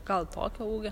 gal tokio ūgio